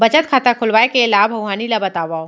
बचत खाता खोलवाय के लाभ अऊ हानि ला बतावव?